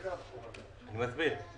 אני מסביר.